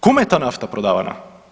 Kome je ta nafta prodavana?